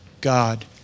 God